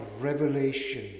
revelation